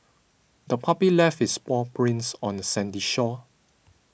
the puppy left its paw prints on the sandy shore